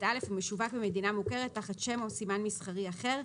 א' ומשווק במדינה מוכרת תחת שם או סימן מסחרי אחר.";"